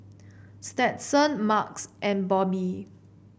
Stetson Marques and Bobbye